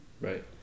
Right